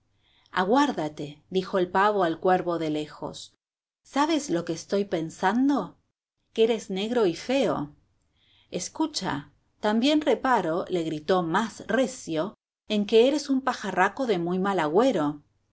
quien de ambos haya visto el vuelo aguárdate sabes lo que estoy pensando que eres negro y feo escucha también reparo le gritó más recio en que eres un pajarraco de muy mal agüero